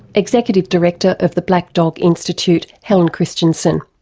executive director of the black dog institute, helen christensen.